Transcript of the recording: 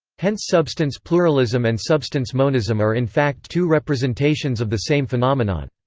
hence substance pluralism and substance monism are in fact two representations of the same phenomenon.